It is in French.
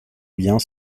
biens